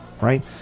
Right